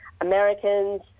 Americans